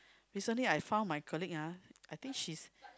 recently I found my colleague ah I think she's